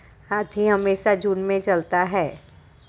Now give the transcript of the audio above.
हाथी हमेशा झुंड में चलता है